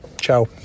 Ciao